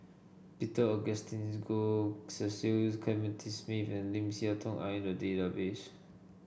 Peter Augustine Goh Cecil Clementi Smith and Lim Siah Tong are in the database